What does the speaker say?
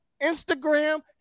Instagram